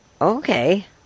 okay